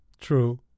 true